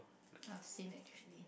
uh same actually